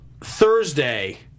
Thursday